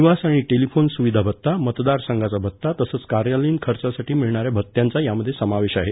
निवास आणि टेलिफोन सुविधा भत्ता मतदारसंघाचा भत्ता तसंच कार्यालयीन खर्चासाठी मिळणाऱ्या भत्याचा यामध्ये समावेश आहे